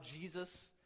Jesus